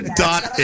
dot